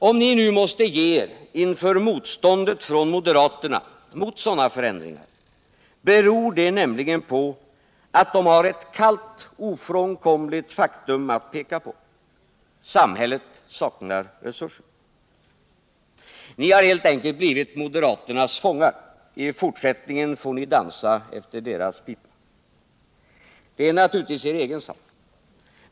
Om ni nu måste ge er inför motståndet från moderaterna mot sådana förändringar, beror det nämligen på att de har ett kallt, ofrånkomligt faktum att peka på: samhället saknar resurser. Ni har helt enkelt blivit moderaternas fångar — i fortsättningen får ni dansa efter deras pipa. Det är naturligtvis er egen sak.